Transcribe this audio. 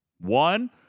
One